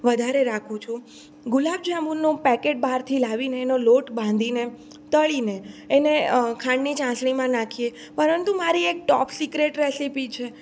વધારે રાખું છું ગુલાબ જાંબુનું પેકેટ બહારથી લાવીને એનો લોટ બાંધીને તળીને એને ચાસણીમાં નાખીએ પરંતુ મારી એક ટોપ સિક્રેટ રેસિપી છે